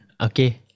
Okay